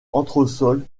entresol